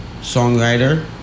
songwriter